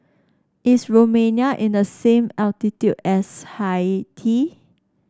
is Romania in the same latitude as Haiti